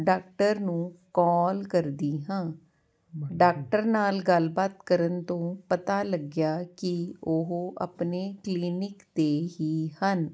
doctor ਨੂੰ call ਕਰਦੀ ਹਾਂ ਡਾਕਟਰ ਨਾਲ ਗੱਲਬਾਤ ਕਰਨ ਤੋਂ ਪਤਾ ਲੱਗਿਆ ਕਿ ਉਹ ਆਪਣੇ ਕਲੀਨਿਕ 'ਤੇ ਹੀ ਹਨ